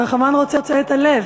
הרחמן רוצה את הלב.